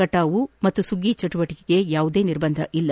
ಕಟಾವು ಮತ್ತು ಸುಗ್ಗಿಯ ಚಟುವಟಿಕೆಗಳಗೆ ಯಾವುದೇ ನಿರ್ಬಂಧ ಇಲ್ಲ